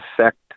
affect